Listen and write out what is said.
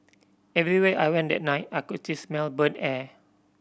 everywhere I went that night I could till smell burnt air